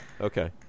okay